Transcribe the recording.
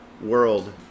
world